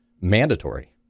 mandatory